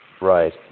right